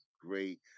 great